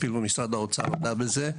אפילו משרד האוצר הודה בזה.